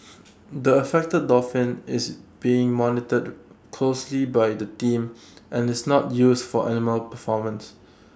the affected dolphin is being monitored closely by the team and is not used for animal performances